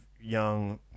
young